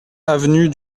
avenue